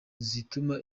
zituma